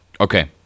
Okay